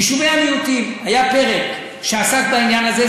יישובי המיעוטים, היה פרק שעסק בעניין הזה.